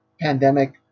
pandemic